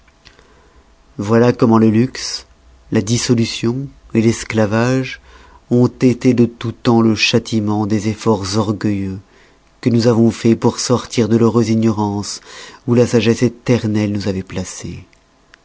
voilà comment le luxe la dissolution l'esclavage ont été de tout temps le châtiment des efforts orgueilleux que nous avons faits pour sortir de l'heureuse ignorance où la sagesse éternelle nous avoit placés